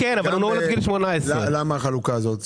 למה יש את החלוקה הזו?